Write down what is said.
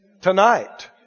tonight